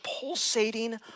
pulsating